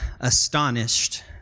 astonished